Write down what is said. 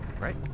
right